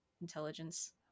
intelligence